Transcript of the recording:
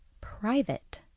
private